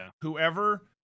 whoever